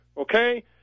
okay